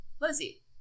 Lizzie